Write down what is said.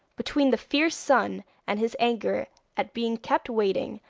between the fierce sun and his anger at being kept waiting,